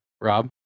Rob